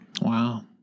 Wow